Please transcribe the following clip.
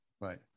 Right